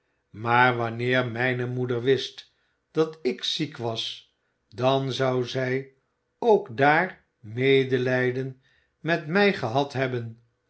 maar wanneer mijne moeder wist dat ik ziek was dan zou zij ook daar medelijden met mij gehad hebben